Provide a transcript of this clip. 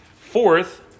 Fourth